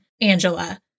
Angela